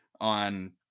on